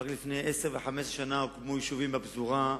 רק לפני עשר ו-15 שנה הוקמו יישובים בפזורה,